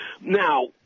Now